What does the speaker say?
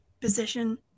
position